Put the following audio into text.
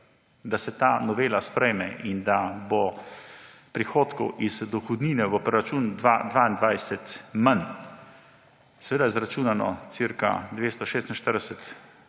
da se ta novela sprejme in da bo prihodkov iz dohodnine v proračun za leto 2022 manj. Seveda je izračunano cirka 246